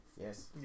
Yes